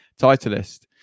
Titleist